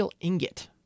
ingot